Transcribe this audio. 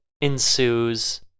ensues